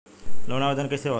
Loan आवेदन कैसे होला?